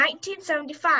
1975